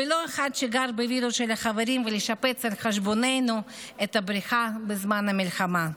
ולא אחד שגר בווילות של החברים ומשפץ על חשבוננו את הבריכה בזמן המלחמה.